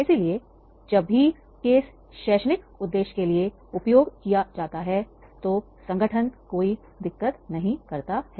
इसलिए जब भी केस शैक्षणिक उद्देश्य के लिए उपयोग किया जाता है तो संगठन कोई दिक्कत नहीं करता है